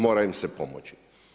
Mora im se pomoći.